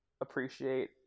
appreciate